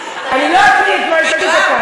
אני לא אקריא את מה שהוא כתב.